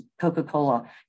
Coca-Cola